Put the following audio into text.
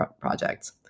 projects